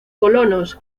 colonos